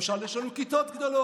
למשל יש לנו כיתות גדולות,